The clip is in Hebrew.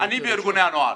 אני בארגוני הנוער,